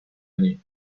année